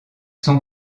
sont